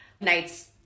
nights